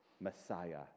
Messiah